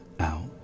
out